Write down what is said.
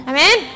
Amen